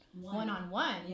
one-on-one